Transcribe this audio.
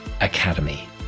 Academy